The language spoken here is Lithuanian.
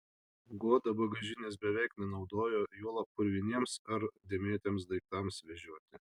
goda bagažinės beveik nenaudojo juolab purviniems ar dėmėtiems daiktams vežioti